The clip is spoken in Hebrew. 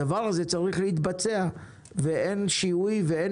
הדבר הזה צריך להתבצע ואין שינוי ואין